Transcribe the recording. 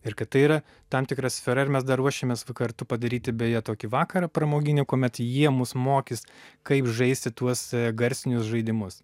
ir kad tai yra tam tikra sfera ir mes dar ruošiamės va kartu padaryti beje tokį vakarą pramoginį kuomet jie mus mokys kaip žaisti tuos garsinius žaidimus